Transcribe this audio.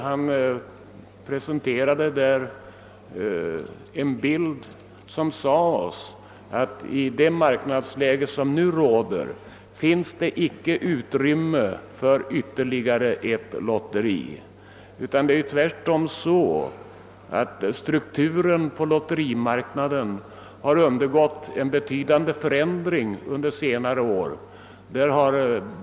Han presenterade en bild som sade oss att det i nu rådande marknadsläge icke finns utrymme för ytterligare ett lotteri. Tvärtom har strukturen på lotterimarknaden undergått en betydande förändring under senare år.